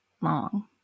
long